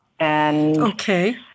Okay